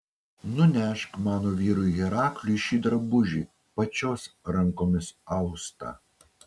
nunešk mano vyrui herakliui šį drabužį pačios rankomis austą